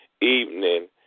evening